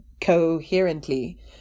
coherently